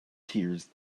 tears